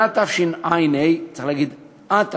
שנת תשע"ה, צריך להגיד התשע"ה,